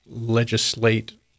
legislate